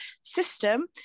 system